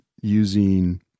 using